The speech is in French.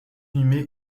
inhumé